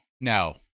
no